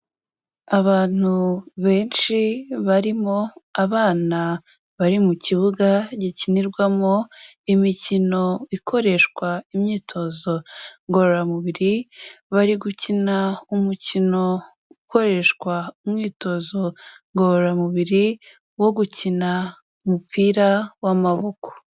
Abantu benshi barimo abana bari mu kibuga gikinirwamo imikino ikoreshwa imyitozo ngororamubiri, bari gukina umukino ukoreshwa umwitozo ngororamubiri, wo gukina umupira w'amaboko.